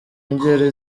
ngeri